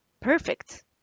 perfect